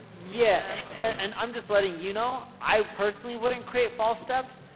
yeah, and i'm just letting you know, i personally wouldn't create false steps,